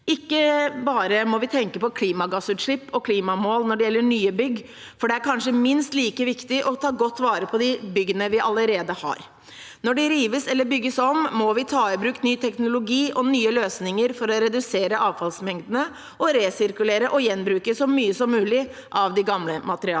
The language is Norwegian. Ikke bare må vi tenke på klimagassutslipp og klimamål når det gjelder nye bygg – det er kanskje minst like viktig å ta godt vare på de byggene vi allerede har. Når de rives eller bygges om, må vi ta i bruk ny teknologi og nye løsninger for å redusere avfallsmengdene, resirkulere og gjenbruke så mye som mulig av de gamle materialene.